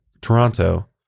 Toronto